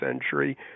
century